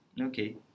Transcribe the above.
Okay